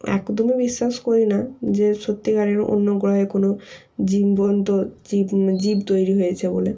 একদমই বিশ্বাস করি না যে সত্যিকারের অন্য গ্রহে কোনও জীবন্ত জীব জীব তৈরি হয়েছে বলে